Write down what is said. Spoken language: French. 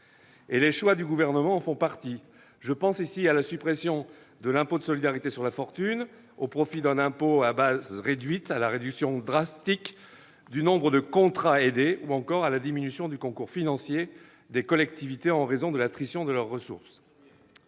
Et les choix du Gouvernement en font partie : je pense ici à la suppression de l'impôt de solidarité sur la fortune, l'ISF, au profit d'un impôt à base réduite, à la réduction drastique du nombre de contrats aidés, ou encore à la diminution du concours financier des collectivités en raison de l'attrition de leurs ressources.